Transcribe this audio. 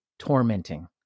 Tormenting